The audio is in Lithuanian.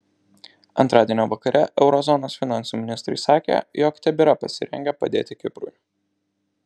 antradienio vakare euro zonos finansų ministrai sakė jog tebėra pasirengę padėti kiprui